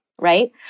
right